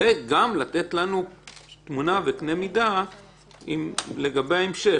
גם לתת לנו תמונה וקנה מידה לגבי ההמשך,